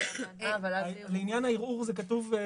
לעניין הערעור זה כתוב.